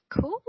Cool